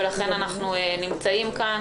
ולכן אנחנו נמצאים כאן,